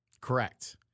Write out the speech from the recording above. Correct